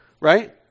right